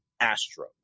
Astro